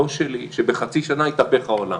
לא שלי, שבחצי שנה יתהפך העולם.